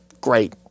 great